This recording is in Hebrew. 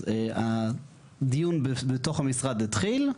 אז הדיון בתוך המשרד התחיל,